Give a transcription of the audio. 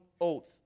oath